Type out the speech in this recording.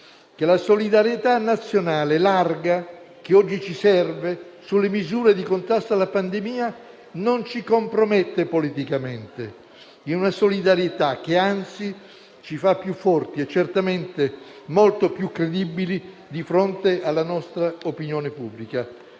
che la solidarietà nazionale larga che oggi ci serve sulle misure di contrasto alla pandemia non ci compromette politicamente, in una solidarietà che, anzi, ci fa più forti - e certamente molto più credibili - di fronte alla nostra opinione pubblica.